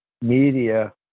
media